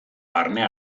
barne